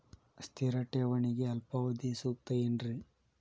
ಸ್ಥಿರ ಠೇವಣಿಗೆ ಅಲ್ಪಾವಧಿ ಸೂಕ್ತ ಏನ್ರಿ?